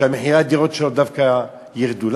שמחירי הדירות שלו דווקא ירדו?